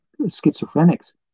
schizophrenics